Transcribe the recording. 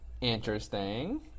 Interesting